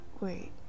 wait